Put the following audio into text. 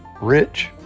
rich